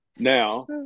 now